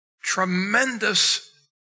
tremendous